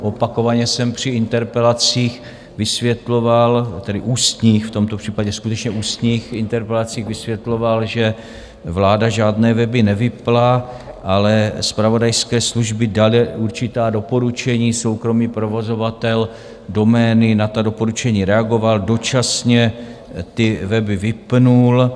Opakovaně jsem při interpelacích vysvětloval tedy ústních, v tomto případě skutečně ústních interpelacích vysvětloval, že vláda žádné weby nevypnula, ale zpravodajské služby daly určitá doporučení, soukromý provozovatel domény na ta doporučení reagoval, dočasně ty weby vypnul.